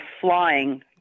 flying